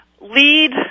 lead